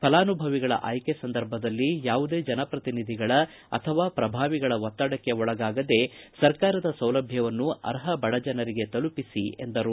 ಫಲಾನುಭವಿಗಳ ಆಯ್ನೆ ಸಂದರ್ಭದಲ್ಲಿ ಯಾವುದೇ ಜನಪ್ರತಿನಿಧಿಗಳ ಅಥವಾ ಪ್ರಭಾವಿಗಳ ಒತ್ತಡಕ್ಕೆ ಒಳಗಾಗದೆ ಸರ್ಕಾರದ ಸೌಲಭ್ವವನ್ನು ಅರ್ಹ ಬಡ ಜನರಿಗೆ ತಲುಪಿಸಿ ಎಂದರು